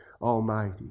Almighty